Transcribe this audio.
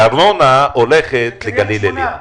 והארנונה הולכת לגליל עליון.